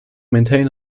maintain